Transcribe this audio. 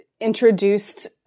introduced